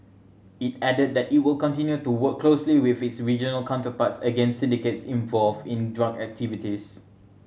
it added that it will continue to work closely with its regional counterparts against syndicates involved in drug activities